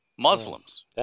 Muslims